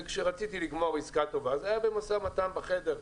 וכשרציתי לגמור עסקה טובה זה היה במשא ומתן בחדר,